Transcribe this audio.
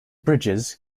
bridges